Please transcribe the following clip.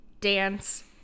dance